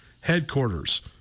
headquarters